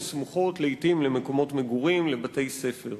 שסמוכות לעתים למקומות מגורים ולבתי-ספר.